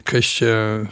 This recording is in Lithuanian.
kas čia